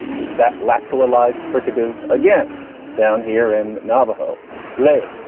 it's that lateral realized fricative again down here and navajo late.